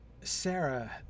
Sarah